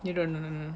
you don't no no no